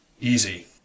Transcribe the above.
easy